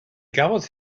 gafodd